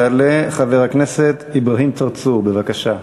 יעלה חבר הכנסת אברהים צרצור, בבקשה.